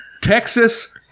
Texas